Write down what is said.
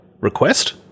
request